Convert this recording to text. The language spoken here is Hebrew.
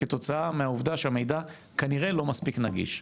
כתוצאה מהעובדה שהמידע כנראה לא מספיק נגיש.